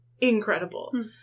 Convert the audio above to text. incredible